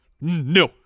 no